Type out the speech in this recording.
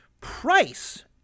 Price